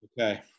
Okay